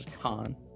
con